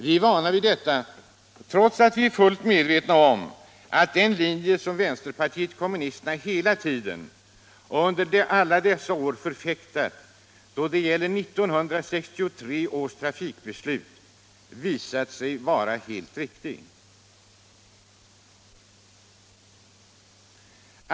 Vi är vana vid detta trots att vi är fullt medvetna om att den linje som vänsterpartiet kommunisterna hela tiden — och under alla dessa år —- förfäktat då det gäller 1963 års trafikbeslut visat sig vara helt riktig.